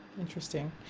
Interesting